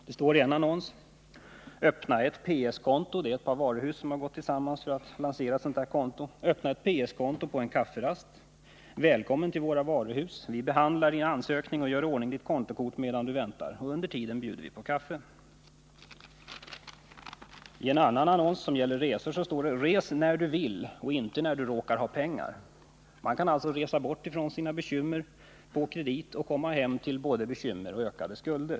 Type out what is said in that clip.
Det står i en annons: ”ÖPPNA PS-KONTO” — det är två varuhus som gått samman för att lansera detta konto — ”PÅ EN KAFFERAST! Välkommen —-—-—. Vi behandlar ansökningen och gör i ordning Din kontobricka medan Du väntar. Under tiden bjuder vi på kaffe!” Ten annan annons, som gäller resor, står det: ”Res när du själv vill och inte när du råkar ha pengar.” Man kan alltså resa bort från sina bekymmer på kredit och komma hem till både bekymmer och ökade skulder.